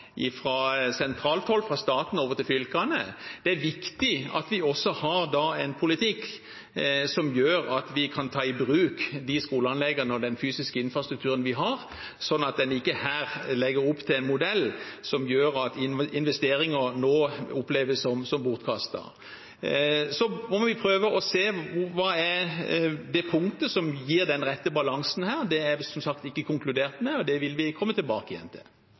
staten over til fylkene. Det er viktig at vi da også har en politikk som gjør at vi kan ta i bruk de skoleanleggene og den fysiske infrastrukturen vi har, sånn at en ikke her legger opp til en modell som gjør at investeringer nå oppleves som bortkastet. Så må vi prøve å se hva som er det punktet som gir den rette balansen her. Det er som sagt ikke konkludert med, og det vil vi komme tilbake til.